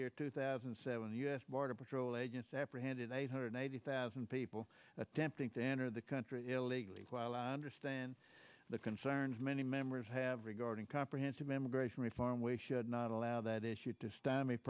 year two thousand and seven the u s border patrol agents apprehended eight hundred eighty thousand people attempting to enter the country illegally while i understand the concerns many members have regarding comprehensive immigration reform we should not allow that issue to st